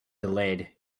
delayed